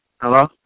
Hello